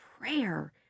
prayer